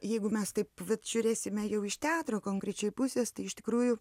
jeigu mes taip vat žiūrėsime jau iš teatro konkrečiai pusės tai iš tikrųjų